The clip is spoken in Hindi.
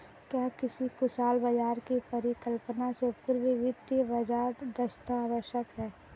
क्या किसी कुशल बाजार की परिकल्पना से पूर्व वित्तीय बाजार दक्षता आवश्यक है?